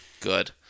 Good